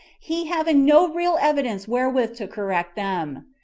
he having no real evidence wherewith to correct them.